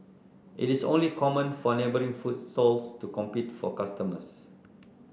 it is only common for neighbouring food stalls to compete for customers